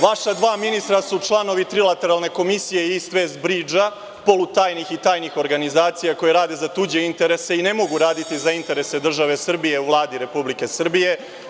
Vaša dva ministra su članovi trilateralne komisije East West Bridge, polutajnih i tajnih organizacija koje rade za tuđe interese i ne mogu raditi za interese države Srbije u Vladi Republike Srbije.